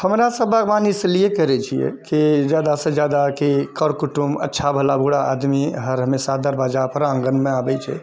हमरासब बागवानी इसीलिए करै छिए कि ज्यादासँ ज्यादा कर कुटुम्ब अच्छा भला बुरा आदमी हर हमेशा दरबज्जापर आङ्गनमे आबै छै